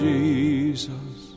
Jesus